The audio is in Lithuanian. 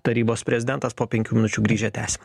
tarybos prezidentas po penkių minučių grįžę tęsim